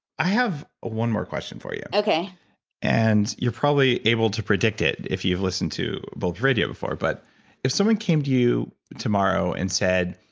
i have ah one more question for you, and you're probably able to predict it, if you've listened to bulletproof radio before, but if someone came to you tomorrow and said,